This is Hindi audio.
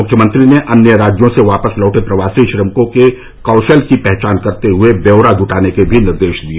मुख्यमंत्री ने अन्य राज्यों से वापस लौटे प्रवासी श्रमिकों के कौशल की पहचान करते हुए ब्यौरा जुटाने के भी निर्देश दिए